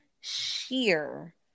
sheer